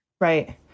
Right